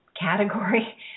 category